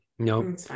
No